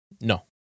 No